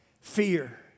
fear